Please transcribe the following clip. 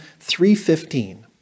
3.15